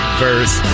verse